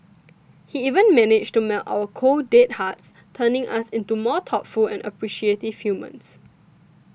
he even managed to melt our cold dead hearts turning us into more thoughtful and appreciative humans